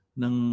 ng